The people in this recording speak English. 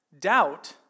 Doubt